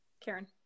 Karen